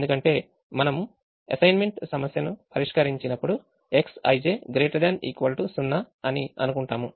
ఎందుకంటే మనం అసైన్మెంట్ సమస్యను పరిష్కరించినప్పుడు Xij ≥ 0 అని అనుకుంటాము